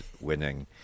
winning